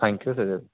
thank you